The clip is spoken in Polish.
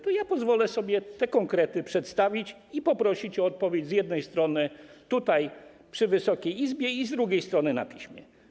To ja pozwolę sobie te konkrety przedstawić i poprosić o odpowiedź, z jednej strony, tutaj w Wysokiej Izbie, a z drugiej strony, na piśmie.